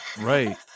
right